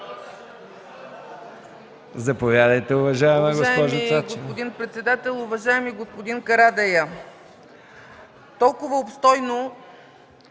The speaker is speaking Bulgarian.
Заповядайте, уважаема госпожо Цачева.